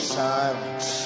silence